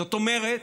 זאת אומרת,